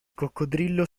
coccodrillo